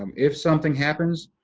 um if something happens,